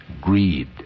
greed